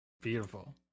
Beautiful